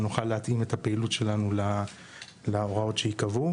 שנוכל להתאים את הפעילות שלנו להוראות שייקבעו,